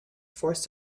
forced